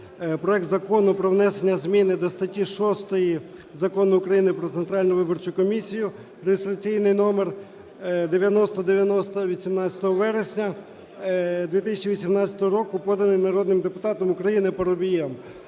проект Закону про внесення зміни до статті 6 Закону України "Про Центральну виборчу комісію" (реєстраційний номер 9090) від 17 вересня 2018 року, поданий народним депутатом України Парубієм.